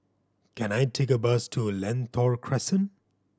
can I take a bus to Lentor Crescent